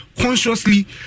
Consciously